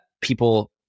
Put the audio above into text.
people